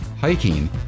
hiking